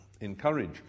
encourage